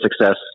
success